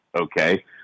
okay